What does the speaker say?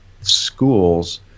schools